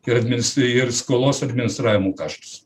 ir administ ir skolos administravimo kaštus